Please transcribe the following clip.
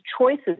choices